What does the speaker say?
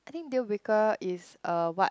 I think deal breaker is a what